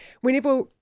whenever